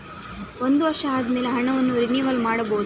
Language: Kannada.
ಒಂದು ವರ್ಷ ಆದಮೇಲೆ ಹಣವನ್ನು ರಿನಿವಲ್ ಮಾಡಬಹುದ?